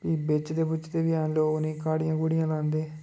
फ्ही बेचदे बूचदे बी हैन लोक उनेंई काडियां कुड़ियां लांदे